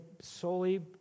solely